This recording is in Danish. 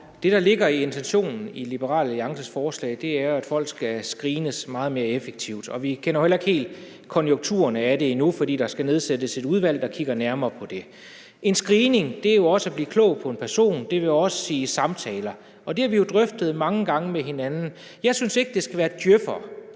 Det, der ligger i intentionen i Liberal Alliances forslag, er, at folk skal screenes meget mere effektivt; vi kender heller ikke helt konturerne af det endnu, for der skal nedsættes et udvalg, der kigger nærmere på det. En screening er jo også at blive klog på en person; det vil også sige samtaler, og det har vi jo drøftet mange gange med hinanden. Jeg synes ikke, det skal være djøffere,